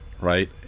Right